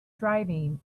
driving